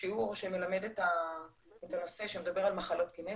שיעור שמלמד את הנושא שמדבר על מחלות גנטיות,